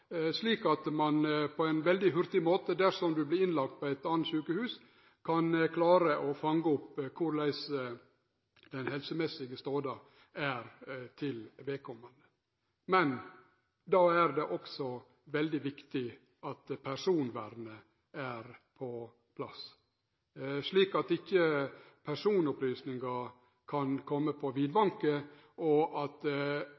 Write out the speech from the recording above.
slik at ein på ein veldig hurtig måte – dersom ein vert innlagd på eit anna sjukehus – kan klare å fange opp korleis den helsemessige stoda til vedkommande er. Men då er det også veldig viktig at personvernet er på plass, slik at ikkje personopplysningar kan komme på